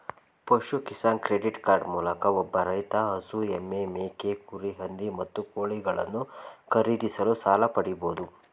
ಪಶು Kisan credit card ಮೂಲಕ ಒಬ್ಬ ರೈತ ಹಸು ಎಮ್ಮೆ ಮೇಕೆ ಕುರಿ ಹಂದಿ ಮತ್ತು ಕೋಳಿಗಳನ್ನು ಖರೀದಿಸಲು ಸಾಲ ಪಡಿಬೋದು